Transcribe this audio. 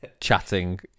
chatting